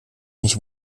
mich